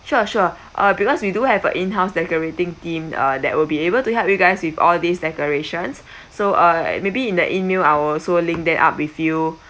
sure sure uh because we do have a in-house decorating team uh that will be able to help you guys with all these decorations so uh maybe in the email I will also link them up with you then